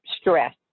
stress